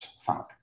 found